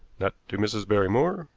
not to mrs. barrymore.